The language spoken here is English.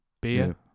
beer